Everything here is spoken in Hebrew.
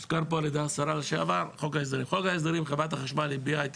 הוזכר פה על ידי השרה לשעבר חוק ההסדרים שחברת החשמל הביעה את